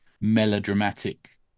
melodramatic